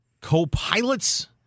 co-pilots